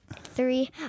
three